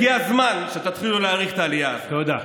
הגיע הזמן שתתחילו להעריך את העלייה הזאת, תודה.